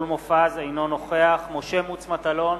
אינו נוכח משה מטלון,